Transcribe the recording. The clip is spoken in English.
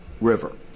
river